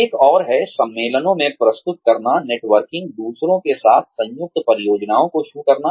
एक और है सम्मेलनों में प्रस्तुत करना नेटवर्किंग दूसरों के साथ संयुक्त परियोजनाओं को शुरू करना